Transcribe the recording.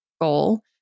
goal